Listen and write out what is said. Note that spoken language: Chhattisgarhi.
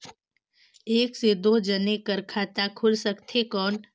एक से दो जने कर खाता खुल सकथे कौन?